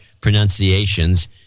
pronunciations